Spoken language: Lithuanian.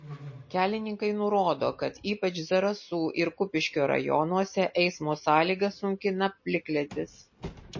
kelininkai nurodo kad ypač zarasų ir kupiškio rajonuose eismo sąlygas sunkina plikledis